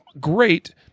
great